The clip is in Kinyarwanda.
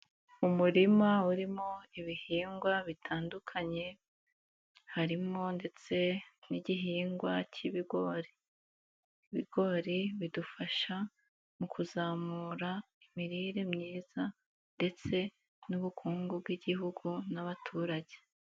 Umurima urimo ibihingwa bitandukanye, harimo ndetse n'igihingwa cy'ibigori. Ibigori bidufasha, mu kuzamura imirire myiza, ndetse n'ubukungu bw'igihugu n'abaturage.